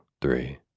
three